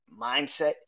mindset